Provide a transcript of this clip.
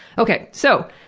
okay, so,